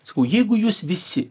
sakau jeigu jūs visi